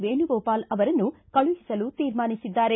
ವೇಣುಗೋಪಾಲ್ ಅವರನ್ನು ಕಳುಹಿಸಲು ತೀರ್ಮಾನಿಸಿದ್ದಾರೆ